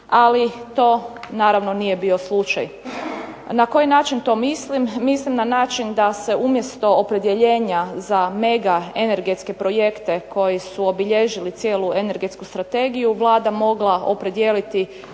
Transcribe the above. ali to naravno nije bio slučaj. Na koji način to mislim? Mislim na način da se umjesto opredjeljenja za megaenergetske projekte koji su obilježili cijelu energetsku strategiju Vlada mogla opredijeliti